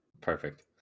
Perfect